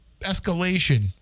escalation